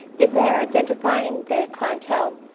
if they are identifying their clientele,